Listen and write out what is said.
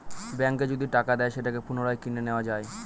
ব্যাঙ্কে যদি টাকা দেয় সেটাকে পুনরায় কিনে নেত্তয়া যায়